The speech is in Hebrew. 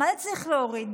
מה זה צריך להוריד?